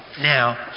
now